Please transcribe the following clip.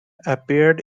appeared